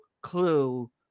clue